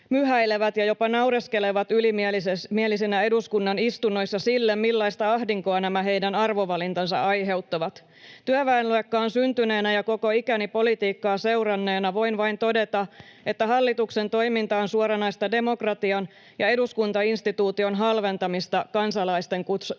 myhäilevät ja jopa naureskelevat ylimielisinä eduskunnan istunnoissa sille, millaista ahdinkoa nämä heidän arvovalintansa aiheuttavat. Työväenluokkaan syntyneenä ja koko ikäni politiikkaa seuranneena voin vain todeta, että hallituksen toiminta on suoranaista demokratian ja eduskuntainstituution halventamista kansalaisten kustannuksella.